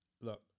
look